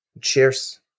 Cheers